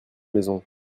maison